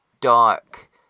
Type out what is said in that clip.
dark